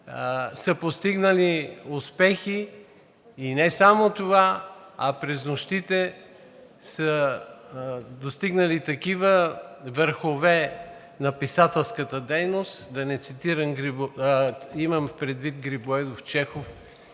са постигнали успехи. И не само това, а през нощите са достигнали такива върхове на писателската дейност – имам предвид Грибоедов, Чехов,